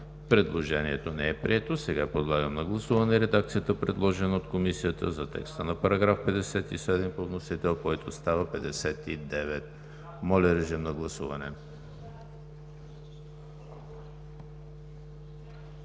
Предложението не е прието. Сега подлагам на гласуване редакцията, предложена от Комисията за текста на § 57 по вносител, който става § 59. Гласували